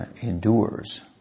endures